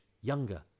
younger